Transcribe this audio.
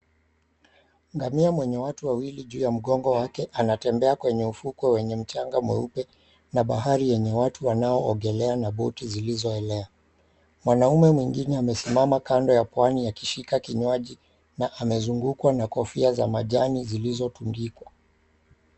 Ngamia mwenye watu wawili juu ya mgongo wake anatembea kwenye ufukwe wenye mchanga mweupe na bahari yenye watu wanao ogelea na boti zinazoelea. Mwanaume mwingine amesimama kando ya Pwani akishika kinywaji na amezungukwa na kofia za majani zilizotundikwa.